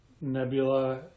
Nebula